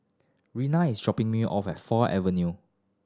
Raina is dropping me off at Four Avenue